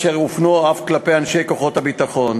אשר הופנו אף כלפי אנשי כוחות הביטחון.